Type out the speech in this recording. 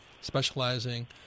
specializing